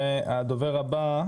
הדוברת הבאה